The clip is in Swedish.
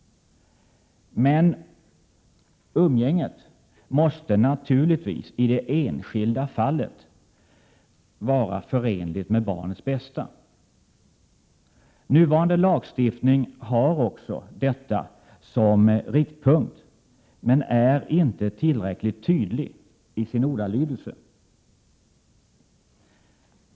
Men umgänget måste naturligtvis i det enskilda fallet vara förenligt med barnets bästa. Nuvarande lagstiftning har också detta som riktpunkt men är inte tillräckligt tydlig i sin ordalydelse.